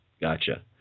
Gotcha